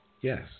Yes